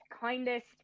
kindest